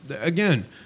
again